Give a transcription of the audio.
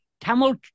Tamil